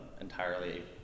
entirely